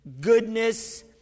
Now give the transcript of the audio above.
goodness